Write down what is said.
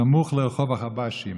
סמוך לרחוב החבשים,